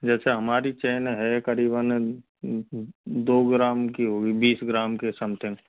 जैसे हमारी चैन है करीबन दो ग्राम की होगी बीस ग्राम के समथिंग